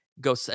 go